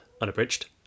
unabridged